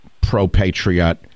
pro-patriot